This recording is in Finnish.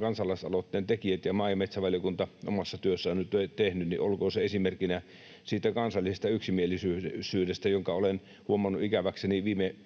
kansalaisaloitteen tekijät ja maa- ja metsävaliokunta omassa työssään nyt ovat tehneet, olkoon esimerkkinä siitä kansallisesta yksimielisyydestä, jonka olen huomannut ikäväkseni viime aikoina